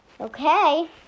Okay